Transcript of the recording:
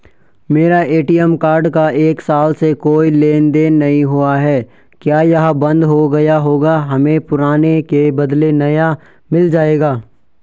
मेरा ATM card का एक साल से कोई लेन देन नहीं हुआ है क्या यह बन्द हो गया होगा हमें पुराने के बदलें नया मिल जाएगा?